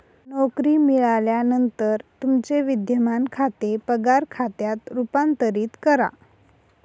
नोकरी मिळाल्यानंतर तुमचे विद्यमान खाते पगार खात्यात रूपांतरित करा